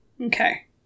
Okay